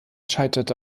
scheiterte